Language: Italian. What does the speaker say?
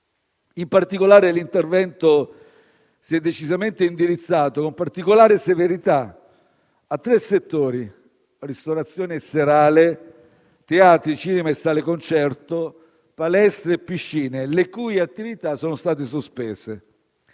In particolare l'intervento si è decisamente indirizzato con maggiore severità a tre settori: ristorazione serale, teatri, cinema e sale concerto, palestre e piscine, le cui attività sono state sospese.